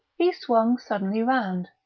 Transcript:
he swung suddenly round.